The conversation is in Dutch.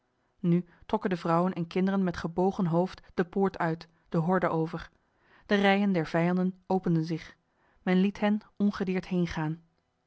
nu trokken de vrouwen en kinderen met gebogen hoofd de poort uit de horde over de rijen der vijanden openden zich men liet hen ongedeerd heengaan